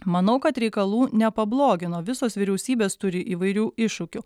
manau kad reikalų nepablogino visos vyriausybės turi įvairių iššūkių